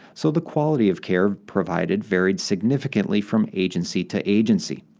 so the quality of care provided varied significantly from agency to agency.